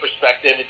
perspective